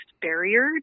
barrier